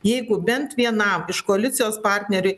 jeigu bent vienam iš koalicijos partnerių